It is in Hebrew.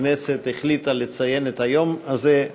הכנסת החליטה לציין את היום הזה,